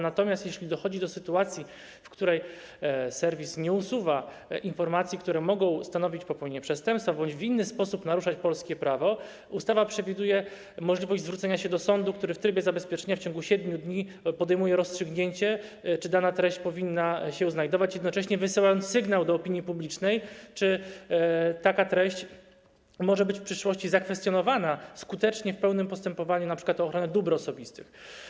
Natomiast jeśli dochodzi do sytuacji, w której serwis nie usuwa informacji, które mogą stanowić popełnienie przestępstwa bądź w inny sposób naruszać polskie prawo, ustawa przewiduje możliwość zwrócenia się do sądu, który w trybie zabezpieczenia w ciągu 7 dni podejmuje rozstrzygnięcie, czy dana treść powinna się tam znajdować, jednocześnie wysyłając sygnał do opinii publicznej, czy taka treść może być w przyszłości skutecznie zakwestionowana w pełnym postępowaniu, np. o ochronę dóbr osobistych.